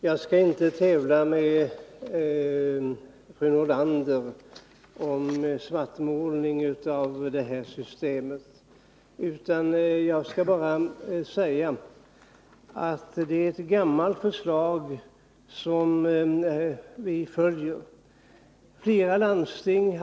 Herr talman! Jag skall inte tävla med fru Nordlander om svartmålning av systemet, utan jag skall bara säga att det är ett gammalt förslag som vi nu gifter för pensioföljer.